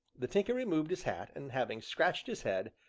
the tinker removed his hat, and, having scratched his head,